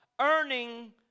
earning